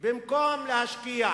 במקום להשקיע